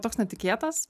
toks netikėtas